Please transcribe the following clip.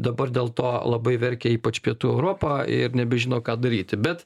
dabar dėl to labai verkia ypač pietų europa ir nebežino ką daryti bet